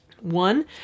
One